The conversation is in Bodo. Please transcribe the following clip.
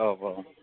औ औ